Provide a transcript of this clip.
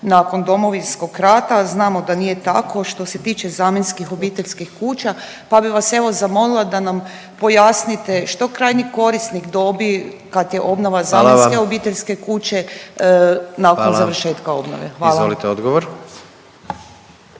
nakon Domovinskog rata. Znamo da nije tako. Što se tiče zamjenskih obiteljskih kuća, pa bih vas evo zamolila da nam pojasnite što krajnji korisnik dobi kad je obnova zamjenske … …/Upadica predsjednik: Hvala vam./… … obiteljske